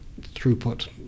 throughput